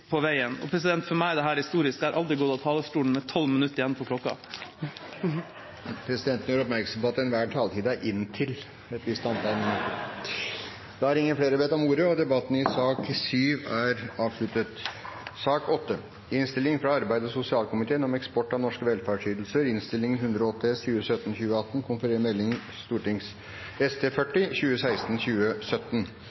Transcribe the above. på veien. Og for meg er dette historisk, jeg har aldri gått ned fra talerstolen med 12 minutter igjen på klokka Presidenten gjør oppmerksom på at enhver taletid er inntil et visst antall minutter. Flere har ikke bedt om ordet til sak nr. 7. Etter ønske fra arbeids- og sosialkomiteen